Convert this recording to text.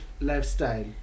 lifestyle